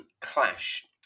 clash